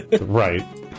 Right